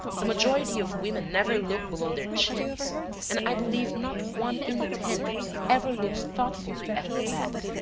the majority of women never look below their chins and i believe not one in ten ever looks thoughtfully at her back,